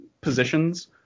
positions